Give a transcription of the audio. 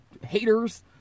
haters